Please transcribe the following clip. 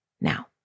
now